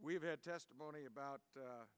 we've had testimony about